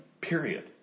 Period